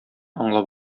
аңлап